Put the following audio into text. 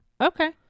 okay